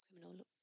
criminal